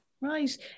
Right